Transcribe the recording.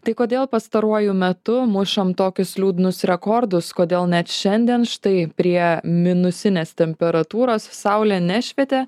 tai kodėl pastaruoju metu mušam tokius liūdnus rekordus kodėl net šiandien štai prie minusinės temperatūros saulė nešvietė